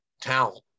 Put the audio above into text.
talent